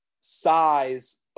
size